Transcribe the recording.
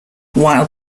while